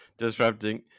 disrupting